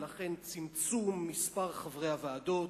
ולכן צמצום מספר חברי הוועדות.